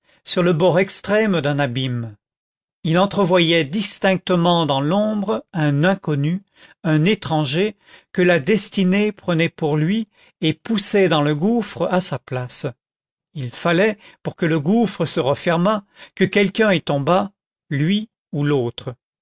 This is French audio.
sur le bord extrême d'un abîme il entrevoyait distinctement dans l'ombre un inconnu un étranger que la destinée prenait pour lui et poussait dans le gouffre à sa place il fallait pour que le gouffre se refermât que quelqu'un y tombât lui ou l'autre